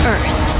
Earth